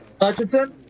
Hutchinson